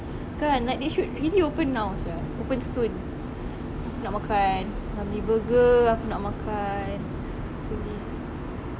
kan like they should really open now sia open soon nak makan ramly burger aku nak makan apa ni